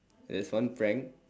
there's one prank